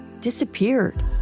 disappeared